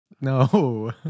No